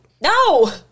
no